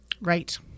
Right